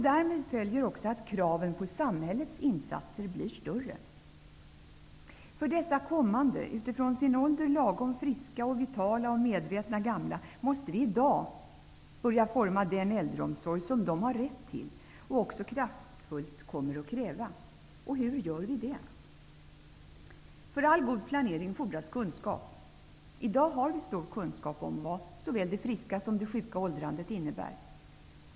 Därmed följer också att kraven på samhällets insatser blir större. För dessa kommande -- med tanke på sin ålder ''lagom friska'', vitala och medvetna -- gamla måste vi i dag börja forma den äldreomsorg som de har rätt till och också kraftfullt kommer att kräva. Hur gör vi det? För all god planering fordras kunskap. I dag har vi stor kunskap om vad såväl det friska som det sjuka åldrandet innebär.